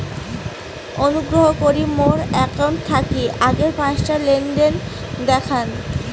অনুগ্রহ করি মোর অ্যাকাউন্ট থাকি আগের পাঁচটা লেনদেন দেখান